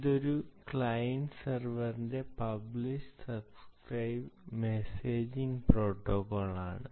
ഇത് ഒരു ക്ലയന്റ് സെർവറിന്റെ പബ്ലിഷ് സബ്സ്ക്രൈബ് മെസ്സേജിങ് പ്രോട്ടോക്കോൾ ആണ്